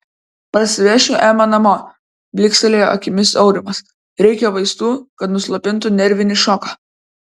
parsivešiu emą namo blykstelėjo akimis aurimas reikia vaistų kad nuslopintų nervinį šoką